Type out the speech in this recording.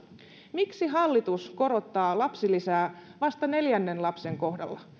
miksi hallitus korottaa lapsilisää vasta neljännen lapsen kohdalla